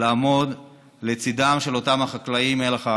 לעמוד לצידם של אותם החקלאים, מלח הארץ.